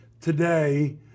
today